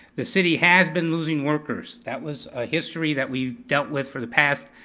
the city has been losing workers. that was a history that we've dealt with for the past